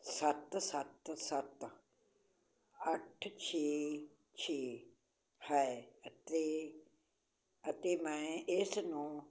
ਸੱਤ ਸੱਤ ਸੱਤ ਅੱਠ ਛੇ ਛੇ ਹੈ ਅਤੇ ਅਤੇੇ ਮੈਂ ਇਸ ਨੂੰ